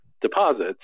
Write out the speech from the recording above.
deposits